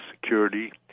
security